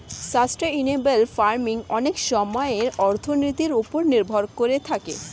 sustainable farming অনেক সময়ে অর্থনীতির ওপর নির্ভর করে থাকে